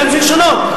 זה מה שרוצים לשנות.